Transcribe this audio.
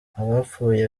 apfuye